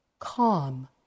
calm